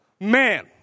man